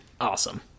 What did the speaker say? awesome